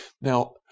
Now